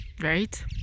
right